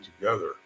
together